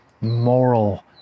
moral